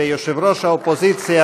ויושב-ראש האופוזיציה,